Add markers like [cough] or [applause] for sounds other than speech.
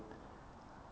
[noise]